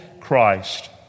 Christ